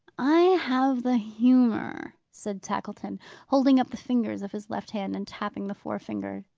i have the humour, said tackleton holding up the fingers of his left hand, and tapping the forefinger,